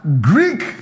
Greek